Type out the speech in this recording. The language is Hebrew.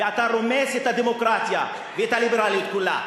ואתה רומס את הדמוקרטיה ואת הליברליות כולה.